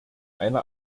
eine